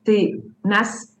tai mes